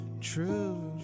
true